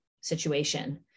situation